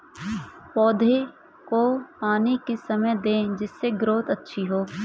पौधे को पानी किस समय दें जिससे ग्रोथ अच्छी हो?